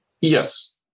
Yes